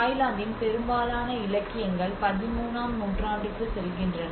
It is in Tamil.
தாய்லாந்தின் பெரும்பாலான இலக்கியங்கள் 13 ஆம் நூற்றாண்டுக்குச் செல்கின்றன